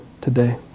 today